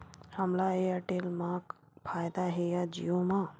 हमला एयरटेल मा फ़ायदा हे या जिओ मा?